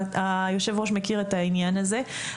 יושב הראש מכיר את העניין הזה.